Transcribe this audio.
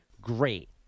great